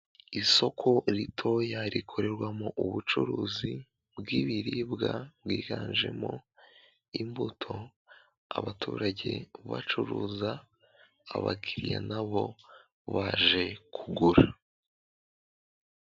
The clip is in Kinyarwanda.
Isoko ritoya rikorerwamo ubucuruzi bwibiribwa bwiganjemo imbuto, abaturage bacuruza abakiriya nabo baje kugura.